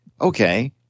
okay